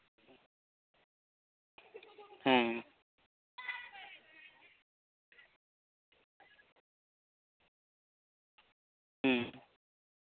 ᱦᱮᱸ ᱦᱩᱸ